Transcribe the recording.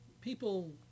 People